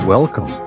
Welcome